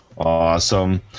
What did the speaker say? Awesome